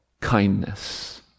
kindness